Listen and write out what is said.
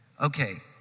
Okay